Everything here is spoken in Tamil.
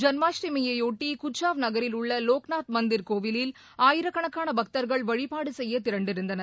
ஜன்மாஸ்டமியைபொட்டி குச்சாவ் நகரில் உள்ள லோக்நாத் மந்திர் கோவிலில் ஆயிரக்கணக்கான பக்தர்கள் வழிபாடு செய்ய திரண்டிருந்தனர்